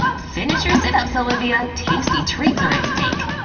finish your sit-ups, olivia! tasty treats are at stake!